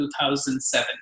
2007